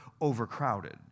overcrowded